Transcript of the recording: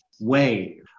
wave